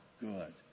good